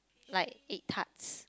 like egg tarts